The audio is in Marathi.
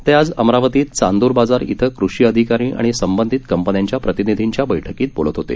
ते आज अमरावतीत चांदुर बाजार इथं कृषी अधिकारी आणि संबंधित कंपन्यांच्या प्रतिनिधींच्या बैठकीत बोलत होते